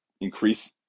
increase